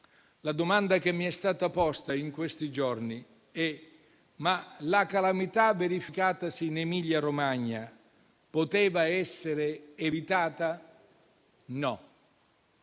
La domanda che mi è stata posta in questi giorni è: la calamità verificatasi in Emilia-Romagna poteva essere evitata? No.